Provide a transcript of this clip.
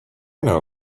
know